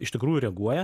iš tikrųjų reaguoja